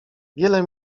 wiele